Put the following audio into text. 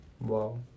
Wow